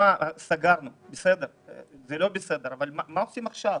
סגרנו, זה לא בסדר, אבל מה עושים עכשיו?